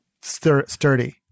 sturdy